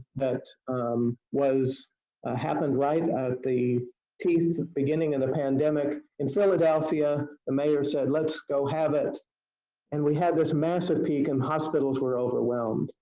that was ah happened right at the teeth of beginning of the pandemic in philadelphia the mayor said let's go have it and we had this massive peak and hospitals were overwhelmed.